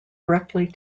directly